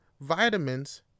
vitamins